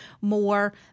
more